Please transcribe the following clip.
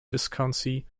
viscountcy